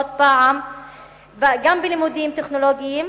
גם בלימודים טכנולוגיים,